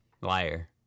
liar